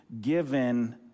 given